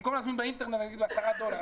במקום להזמין באינטרנט נגיד בעשרה דולר,